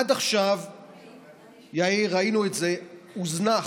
עד עכשיו, יאיר, ראינו את זה, זה הוזנח.